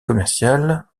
commercial